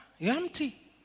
empty